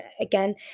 again